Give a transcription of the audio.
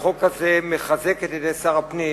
החוק הזה מחזק את ידי שר הפנים